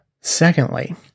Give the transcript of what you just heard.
Secondly